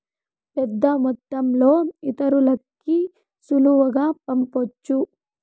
పెద్దమొత్తంలో ఇతరులకి సులువుగా పంపొచ్చు